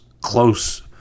close